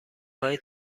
های